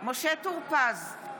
משה טור פז,